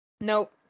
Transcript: Nope